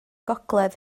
gogledd